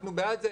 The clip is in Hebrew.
אנחנו בעד זה.